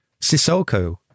Sissoko